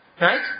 right